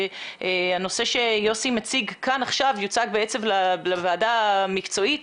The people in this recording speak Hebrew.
שהנושא שיוסי מציג כאן עכשיו יוצג לוועדה המקצועית.